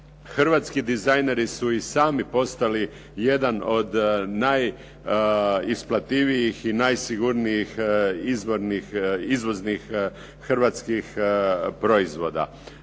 hrvatski dizajneri su i sami postali jedan od najisplativijih i najsigurnijih izvoznih hrvatskih proizvoda.